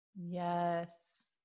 Yes